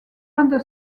under